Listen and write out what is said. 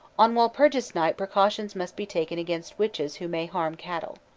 on walpurgis night precaution must be taken against witches who may harm cattle.